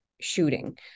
shooting